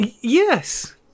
Yes